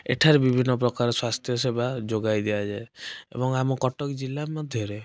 ଏଠାରେ ବିଭିନ୍ନ ପ୍ରକାର ସ୍ୱାସ୍ଥ୍ୟ ସେବା ଯୋଗାଇ ଦିଆଯାଏ ଏବଂ ଆମ କଟକ ଜିଲ୍ଲା ମଧ୍ୟରେ